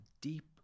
deep